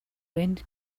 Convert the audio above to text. wind